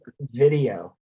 video